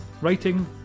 writing